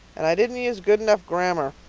and i didn't use good enough grammar.